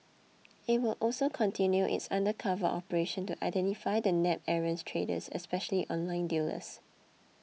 it will also continue its undercover operations to identify and nab errant traders especially online dealers